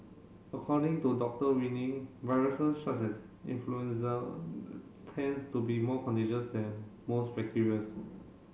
according to Doctor Winning viruses such as influenza tends to be more contagious than most bacterias